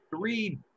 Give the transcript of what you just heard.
three –